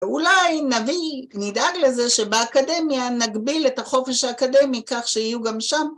ואולי נביא, נדאג לזה שבאקדמיה נגביל את החופש האקדמי כך שיהיו גם שם.